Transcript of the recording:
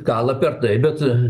kala per tai bet